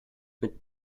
mit